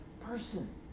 person